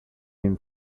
him